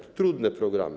To trudne programy.